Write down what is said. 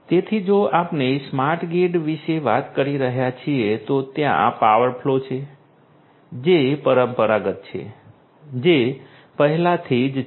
તેથી જો આપણે સ્માર્ટ ગ્રીડ વિશે વાત કરી રહ્યા છીએ તો ત્યાં પાવર ફ્લો છે જે પરંપરાગત છે જે પહેલાથી જ છે